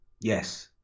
Yes